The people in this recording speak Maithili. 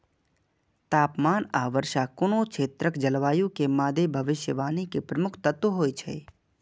तापमान आ वर्षा कोनो क्षेत्रक जलवायु के मादे भविष्यवाणी के प्रमुख तत्व होइ छै